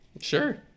sure